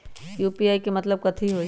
UPI के मतलब कथी होई?